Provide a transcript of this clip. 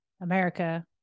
America